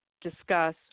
discuss